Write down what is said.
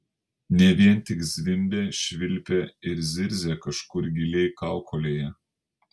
ne vien tik zvimbė švilpė ir zirzė kažkur giliai kaukolėje